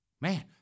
Man